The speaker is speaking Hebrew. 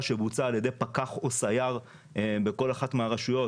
שבוצעה על ידי פקח או סייר בכל אחת מהרשויות,